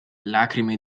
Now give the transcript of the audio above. lacrime